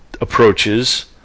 approaches